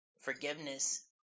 forgiveness